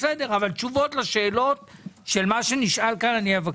בסדר אבל אני מבקש תשובות לשאלות שנשאלו כאן.